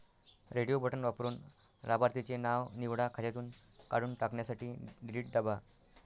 radio button वापरून लाभार्थीचे नाव निवडा, खात्यातून काढून टाकण्यासाठी डिलीट दाबा